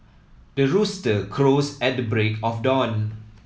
the rooster crows at the break of dawn